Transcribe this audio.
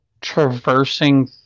traversing